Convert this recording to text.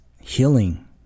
healing